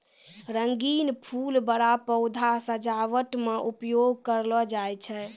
रंगीन फूल बड़ा पौधा सजावट मे उपयोग करलो जाय छै